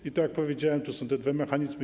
I tak jak powiedziałem, to są te dwa mechanizmy.